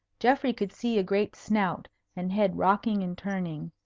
geoffrey could see a great snout and head rocking and turning.